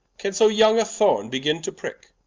can so young a thorne begin to prick?